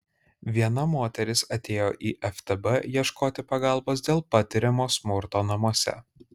viena moteris atėjo į ftb ieškoti pagalbos dėl patiriamo smurto namuose